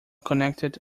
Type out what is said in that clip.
connected